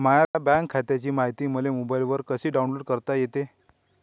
माह्या बँक खात्याची मायती मले मोबाईलवर कसी डाऊनलोड करता येते?